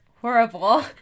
horrible